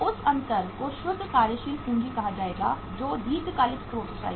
उस अंतर को शुद्ध कार्यशील पूंजी कहा जाएगा जो दीर्घकालिक स्रोतों से आएगी